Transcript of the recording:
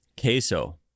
queso